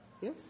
Yes